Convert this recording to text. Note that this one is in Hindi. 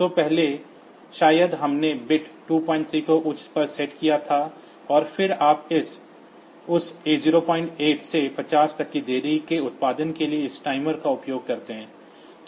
तो पहले शायद हमने बिट P23 को उच्च पर सेट किया था और फिर आप उस 08 से 50 तक की देरी के उत्पादन के लिए टाइमर का उपयोग करते हैं